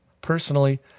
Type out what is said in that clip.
Personally